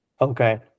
Okay